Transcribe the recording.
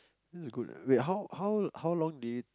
that's good eh wait how how how long did it